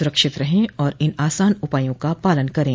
सुरक्षित रहें और इन आसान उपायों का पालन करें